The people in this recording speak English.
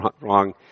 wrong